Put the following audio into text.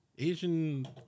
Asian